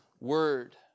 word